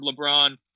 LeBron